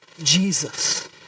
Jesus